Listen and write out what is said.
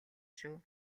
шүү